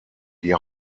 die